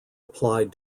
applied